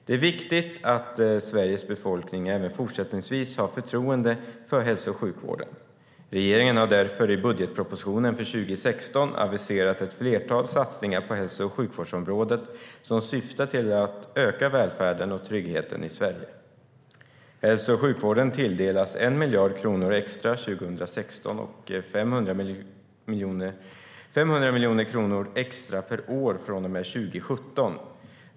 Det är viktigt att Sveriges befolkning även fortsättningsvis har förtroende för hälso och sjukvården. Regeringen har därför i budgetpropositionen för 2016 aviserat ett flertal satsningar på hälso och sjukvårdsområdet som syftar till att öka välfärden och tryggheten i Sverige. Hälso och sjukvården tilldelas 1 miljard kronor extra 2016 och 500 miljoner kronor extra per år från och med 2017.